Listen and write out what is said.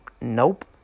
Nope